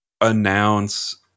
announce